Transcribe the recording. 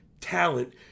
talent